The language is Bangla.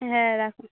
হ্যাঁ রাখুন